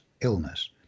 illness